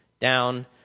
down